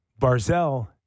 Barzell